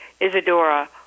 Isadora